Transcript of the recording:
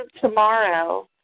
tomorrow